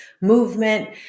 movement